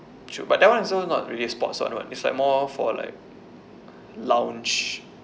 true but that one also not really a sports [one] [what] it's like more for like lounge